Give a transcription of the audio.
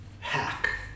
hack